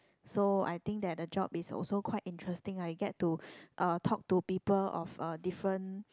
so I think that the job is also quite interesting ah you get to uh talk to people of uh different